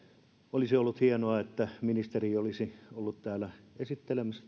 olisi ollut hienoa että ministeri olisi ollut täällä lähetekeskustelussa tätä esittelemässä